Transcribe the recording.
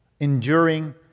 enduring